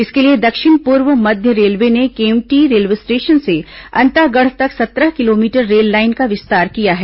इसके लिए दक्षिण पूर्व मध्य रेलवे ने केंवटी रेलवे स्टेशन से अंतागढ़ तक सत्रह किलोमीटर रेललाइन का विस्तार किया है